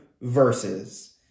verses